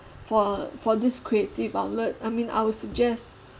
for for this creative outlet I mean I'll suggest